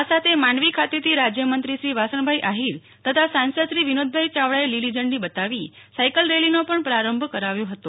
આ સાથે માંડવી ખાતેથી રાજયમંત્રીશ્રી વાસણભાઇ આહિર તથા સાંસદશ્રી વિનોદભાઇ યાવડાએ લીલીઝંડી બતાવી સાઈકલ રેલીનો પણ પ્રારંભ કરાવ્યો હતો